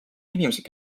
inimesed